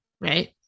right